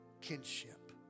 kinship